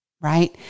right